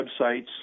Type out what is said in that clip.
websites